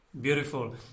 Beautiful